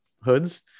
hoods